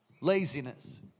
Laziness